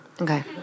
Okay